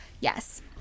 Yes